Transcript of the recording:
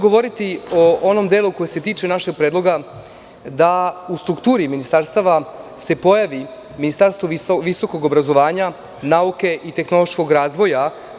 Govoriću o onom delu koji se tiče našeg predloga da u strukturi ministarstava se pojavi ministarstvo visokog obrazovanja, nauke i tehnološkog razvoja.